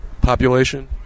Population